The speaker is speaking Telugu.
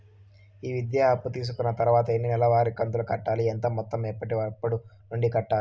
ఈ విద్యా అప్పు తీసుకున్న తర్వాత ఎన్ని నెలవారి కంతులు కట్టాలి? ఎంత మొత్తం ఎప్పటికప్పుడు నుండి కట్టాలి?